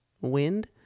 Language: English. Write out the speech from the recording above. wind